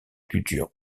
culture